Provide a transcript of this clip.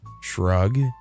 shrug